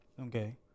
Okay